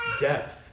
depth